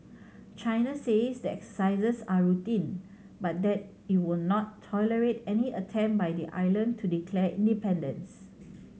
China says the exercises are routine but that it will not tolerate any attempt by the island to declare independence